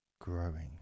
growing